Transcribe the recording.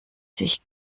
sich